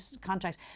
contract